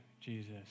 Jesus